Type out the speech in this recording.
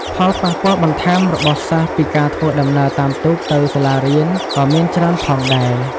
ផលប៉ះពាល់បន្ថែមរបស់សិស្សពីការធ្វើដំណើរតាមទូកទៅសាលារៀនក៏មានច្រើនផងដែរ។